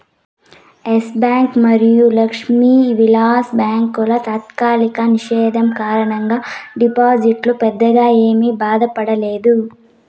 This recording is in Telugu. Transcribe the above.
ఎస్ బ్యాంక్ మరియు లక్ష్మీ విలాస్ బ్యాంకుల తాత్కాలిక నిషేధం కారణంగా డిపాజిటర్లు పెద్దగా ఏమీ బాధపడలేదు